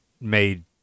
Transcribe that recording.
made